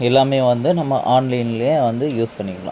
எல்லாமே வந்து நம்ம ஆன்லைன்ல வந்து யூஸ் பண்ணிக்கலாம்